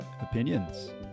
opinions